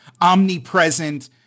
omnipresent